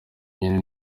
nyine